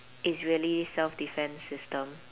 israeli self-defense system